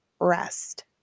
rest